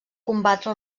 combatre